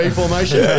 formation